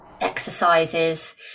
exercises